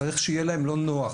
צריך שיהיה להם לא נוח.